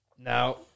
Now